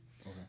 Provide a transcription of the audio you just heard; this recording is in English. Okay